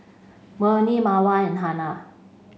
Murni Mawar and Hana